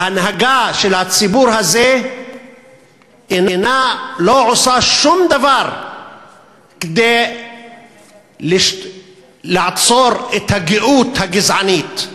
ההנהגה של הציבור הזה לא עושה שום דבר כדי לעצור את הגאות הגזענית,